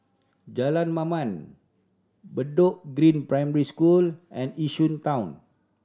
Jalan Mamam Bedok Green Primary School and Yishun Town